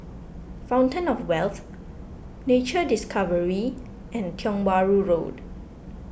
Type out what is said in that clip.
Fountain of Wealth Nature Discovery and Tiong Bahru Road